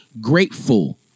grateful